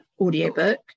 audiobook